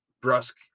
brusque